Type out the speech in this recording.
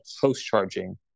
post-charging